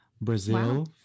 Brazil